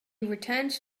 returned